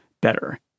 better